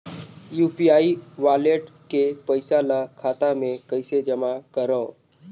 UPI wallet के पईसा ल खाता मे कइसे जमा करव?